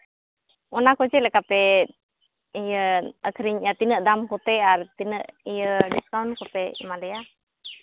ᱚᱱᱟ ᱠᱚ ᱪᱮᱫ ᱞᱮᱠᱟ ᱯᱮ ᱤᱭᱟᱹ ᱟᱹᱠᱷᱨᱤᱧ ᱮᱜᱼᱟ ᱛᱤᱱᱟᱹᱜ ᱫᱟᱢ ᱠᱚᱛᱮ ᱟᱨ ᱛᱤᱱᱟᱹᱜ ᱤᱭᱟᱹ ᱰᱤᱥᱠᱟᱣᱩᱱᱴ ᱠᱚᱯᱮ ᱮᱢᱟ ᱞᱮᱭᱟ